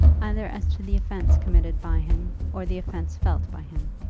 either as to the offence committed by him, or the offence felt by him.